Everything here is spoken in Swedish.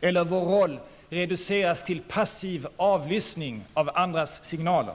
eller vår roll reduceras till passiv avlyssning av andras signaler.